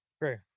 great